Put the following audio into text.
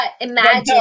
imagine